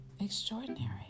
extraordinary